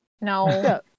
No